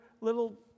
little